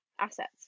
assets